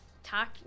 talk